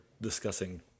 discussing